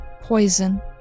poison